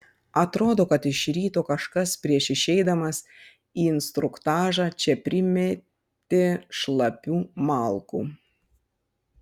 atrodo kad iš ryto kažkas prieš išeidamas į instruktažą čia primetė šlapių malkų